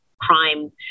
crime